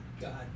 God